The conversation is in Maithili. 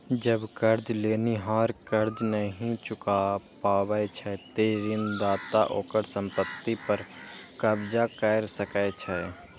जब कर्ज लेनिहार कर्ज नहि चुका पाबै छै, ते ऋणदाता ओकर संपत्ति पर कब्जा कैर सकै छै